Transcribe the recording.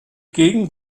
gegend